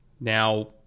Now